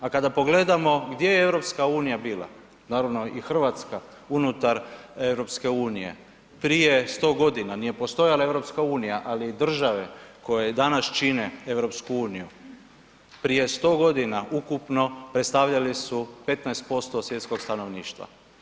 A kada pogledamo gdje je EU bila, naravno i Hrvatska unutar EU prije 100 godina, nije postojala EU, ali države koje danas čine EU, prije 100 godina ukupno, predstavljale su 15% svjetskog stanovništva.